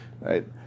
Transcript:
right